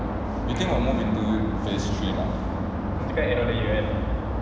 you think will move into phase three or not